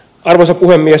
arvoisa puhemies